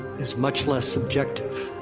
is much less subjective.